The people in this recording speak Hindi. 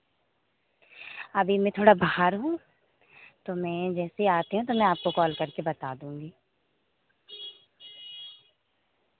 अभी मैं थोड़ा बाहर हूँ तो मैं जैसे आती हूँ तो मैं आपको कॉल करके बता दूँगी